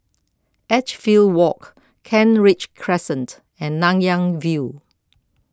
Edgefield Walk Kent Ridge Crescent and Nanyang View